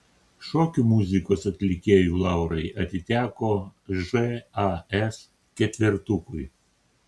šokių muzikos atlikėjų laurai atiteko žas ketvertukui